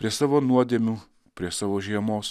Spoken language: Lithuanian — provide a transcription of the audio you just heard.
prie savo nuodėmių prie savo žiemos